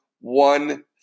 one